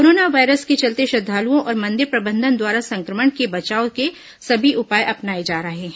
corona virus के चलते श्रद्वालुओं और मंदिर प्रबंधन द्वारा संक्रमण से बचाव के सभी उपाय अपनाए जा रहे हैं